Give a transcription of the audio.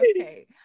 okay